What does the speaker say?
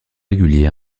réguliers